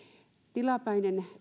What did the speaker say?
tilapäinen